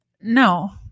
no